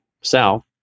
south